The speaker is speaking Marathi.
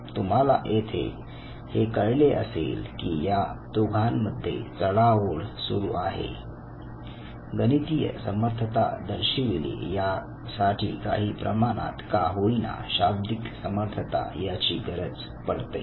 तुम्हाला येथे हे कळले असेल की या दोघांमध्ये चढाओढ सुरू आहे गणितीय समर्थता दर्शविली या साठी काही प्रमाणात का होईना शाब्दिक समर्थता याची गरज असते